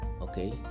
okay